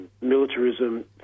militarism